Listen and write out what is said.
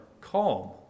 calm